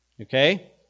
okay